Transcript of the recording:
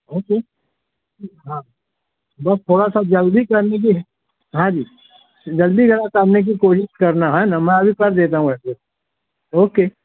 okay ہاں بس تھوڑا سا جلدی کر لیجیے ہاں جی جلدی ذرا کرنے کی کوشش کرنا ہیں نمبر ابھی کر دیتا ہوں واٹس ایپ اوکے